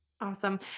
Awesome